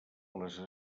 les